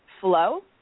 flow